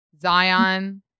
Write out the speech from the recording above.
Zion